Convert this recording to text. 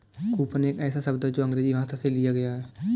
coupon एक ऐसा शब्द है जो अंग्रेजी भाषा से लिया गया है